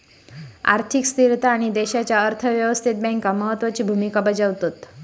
आर्थिक स्थिरता आणि देशाच्या अर्थ व्यवस्थेत बँका महत्त्वाची भूमिका बजावतत